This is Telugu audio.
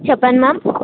చెప్పండి మ్యామ్